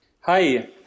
Hi